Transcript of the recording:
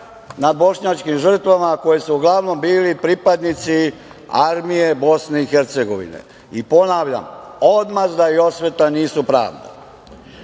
nad bošnjačkim žrtvama koje su uglavnom bili pripadnici armije Bosne i Hercegovine. Ponavljam, odmazda i osveta nisu pravda. Da